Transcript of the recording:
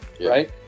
right